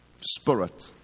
spirit